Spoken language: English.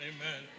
Amen